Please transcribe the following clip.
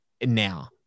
now